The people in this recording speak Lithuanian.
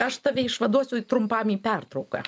aš tave išvaduosiu trumpam į pertrauką